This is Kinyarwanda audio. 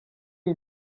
iyi